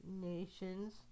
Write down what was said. nations